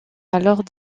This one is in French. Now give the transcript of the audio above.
alors